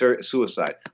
suicide